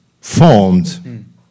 formed